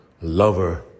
lover